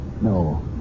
No